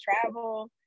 travel